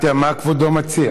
מה כבודו מציע?